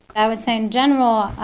i would say, in general,